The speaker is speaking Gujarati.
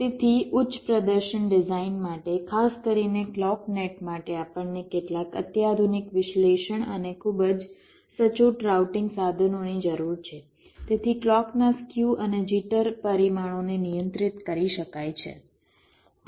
તેથી ઉચ્ચ પ્રદર્શન ડિઝાઇન માટે ખાસ કરીને ક્લૉક નેટ માટે આપણને કેટલાક અત્યાધુનિક વિશ્લેષણ અને ખૂબ જ સચોટ રાઉટિંગ સાધનોની જરૂર છે જેથી ક્લૉકના સ્ક્યુ અને જિટર પરિમાણોને નિયંત્રિત કરી શકાય